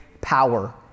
power